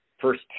first